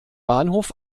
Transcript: bahnhof